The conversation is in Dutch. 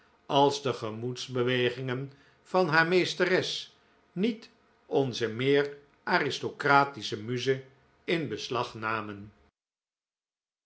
als de gemoedsbewegingen van haar meesteres niet onze meer aristocratische muze in beslag namen